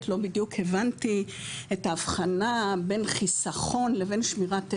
לא בדיוק הבנתי את ההבחנה בין חסכון לבין שמירת ערך.